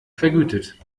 vergütet